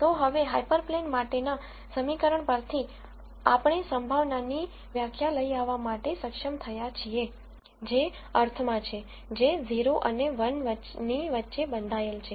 તો હવે હાયપરપ્લેન માટેના સમીકરણ પરથી આપણે સંભાવનાની વ્યાખ્યા લઇ આવવા માટે સક્ષમ થયા છીએ જે અર્થમાં છે જે 0 અને 1 ની વચ્ચે બંધાયેલ છે